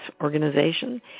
organization